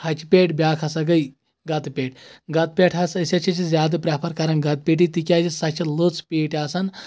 ہَچہِ پیٹہِ بیاکھ ہسا گے گَتہٕ پیٹہِ گتہٕ پیٹہِ ہسا أسۍ ہسا چھِ زیادٕ پریٚفر کران گَتہٕ پیٖٹی تِکیازِ سۄ چھےٚ لٔژ پیٖٹۍ آسان